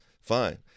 fine